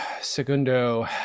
segundo